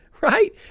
right